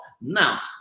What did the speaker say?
Now